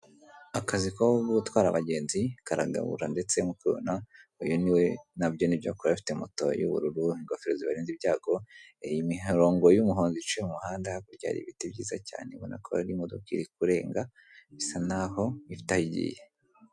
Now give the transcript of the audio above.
Akazi ko gutwara abagenzi karagabura ndetse nkuko ubibona uyu niwe, na byo ni byo kuba afite moto y'ubururu, ingofero zibarinda ibyago, imirongo y'umuhondo iciye mu muhanda, hakurya hari ibiti byiza cyane ubanako hari imodoka iri kurenga bisa naho itagiye.